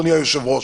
אדוני היושב-ראש,